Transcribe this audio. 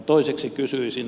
toiseksi kysyisin